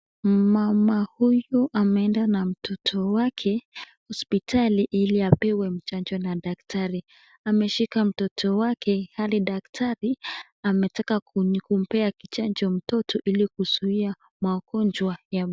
Mmama huyu ameenda na mtoto wake hospitali Ili apewe chanjo na daktari. Ameshika mtoto wake Hali daktari ametaka kumpea chanjo mtoto Ili kuzuia Magonjwa ya.